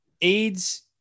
AIDS